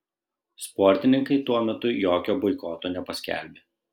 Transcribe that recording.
sportininkai tuo metu jokio boikoto nepaskelbė